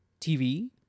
TV